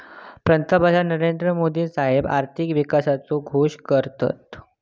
पंतप्रधान नरेंद्र मोदी साहेब आर्थिक विकासाचो घोष करतत